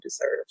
deserve